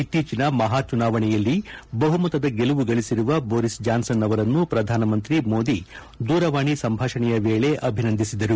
ಇತ್ತೀಚಿನ ಮಹಾ ಚುನಾವಣೆಯಲ್ಲಿ ಬಹುಮತದ ಗೆಲುವು ಗಳಿಸಿರುವ ಬೋರಿಸ್ ಜಾನ್ಸನ್ ಅವರನ್ನು ಪ್ರಧಾನಿ ಮೋದಿ ದೂರವಾಣಿ ಸಂಭಾಷಣೆಯ ವೇಳೆ ಅಭಿನಂದಿಸಿದರು